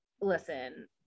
listen